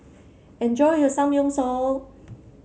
enjoy your Samgyeopsal